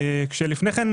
לפני כן,